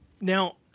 now